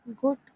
Good